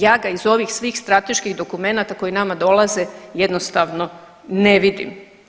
Ja ga iz ovih svih strateških dokumenata koji nama dolaze jednostavno ne vidim.